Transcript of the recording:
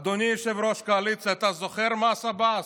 אדוני יושב-ראש הקואליציה, אתה זוכר את מס עבאס?